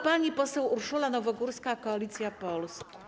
Pani poseł Urszula Nowogórska, Koalicja Polska.